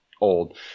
old